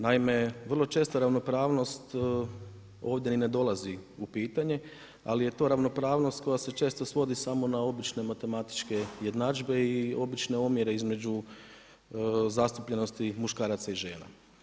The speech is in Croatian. Naime, vrlo često ravnopravnost ovdje ni ne dolazi u pitanje, ali je to ravnopravnost koja se često svodi samo na obične matematične jednadžbe i obične omjere između zastupljenosti muškaraca i žena.